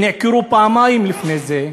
הם נעקרו פעמיים לפני זה.